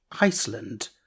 Iceland